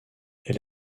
elle